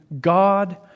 God